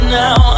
now